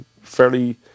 fairly